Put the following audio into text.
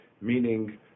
meaning